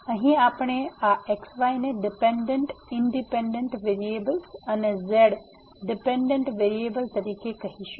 તેથી અહીં આપણે આ x y ને ડીપેનડેન્ટ ઇનડીપેનડેન્ટ વેરીએબલ્સ અને z ડીપેનડેન્ટ વેરીએબલ તરીકે કહીશું